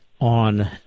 on